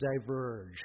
diverge